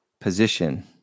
position